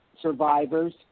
survivors